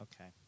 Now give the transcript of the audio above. Okay